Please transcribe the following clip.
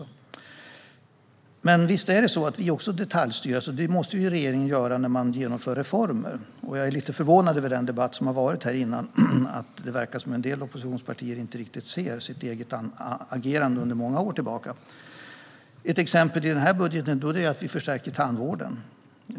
Men visst är det så att vi också detaljstyr. Det måste regeringen göra när man genomför reformer. Jag är lite förvånad över den debatt som har varit här tidigare. Det verkar som om en del oppositionspartier inte riktigt ser sitt eget agerande under många år tillbaka. Ett exempel i denna budget är att vi förstärker tandvården.